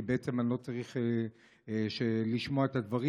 כי אני לא צריך לשמוע את הדברים.